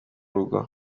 rugo